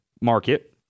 market